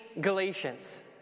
Galatians